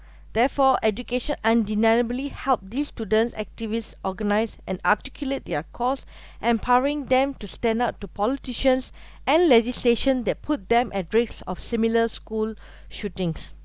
therefore education undeniably help these students activist organised and articulate their cause and powering them to stand up to politicians and legislation that put them at risk of similar school shootings